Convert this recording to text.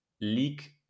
leak